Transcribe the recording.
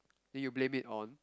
then you blame it on